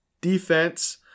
defense